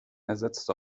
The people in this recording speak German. ersetzte